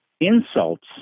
insults